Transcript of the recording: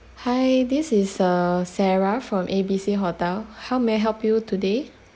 hi this is uh sarah from A B C hotel how may I help you today